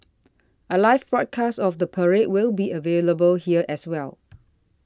a live broadcast of the parade will be available here as well